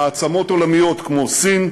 מעצמות עולמיות כמו סין,